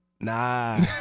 Nah